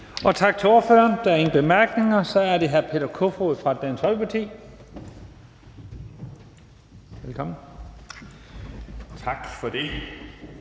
Tak til ordføreren. Der er ingen korte bemærkninger. Så er det hr. Peter Kofod fra Dansk Folkeparti. Velkommen. Kl.